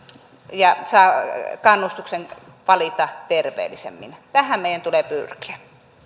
ja saa kannustuksen valita terveellisemmin tähän meidän tulee pyrkiä